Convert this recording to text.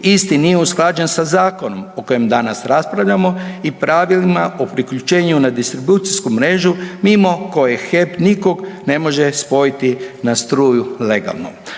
isti nije usklađen sa zakonom o kojem danas raspravljamo i pravilima o priključenju na distribucijsku mrežu mimo koje HEP nikog ne može spojiti na struju legalno.